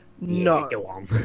no